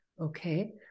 okay